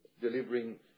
delivering